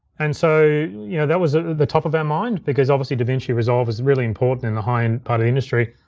and so yeah that was the top of our mind because obviously, davinci resolve is really important in the high-end part of industry.